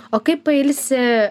o kaip pailsi